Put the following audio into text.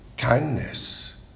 kindness